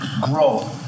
Grow